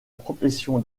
profession